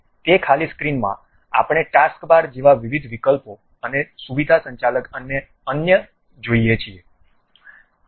તે ખાલી સ્ક્રીનમાં આપણે ટાસ્કબાર જેવા વિવિધ વિકલ્પો અને સુવિધા સંચાલક અને અન્ય જોયે છીએ